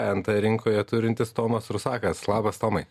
n t rinkoje turintis tomas rusakas labas tomai